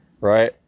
right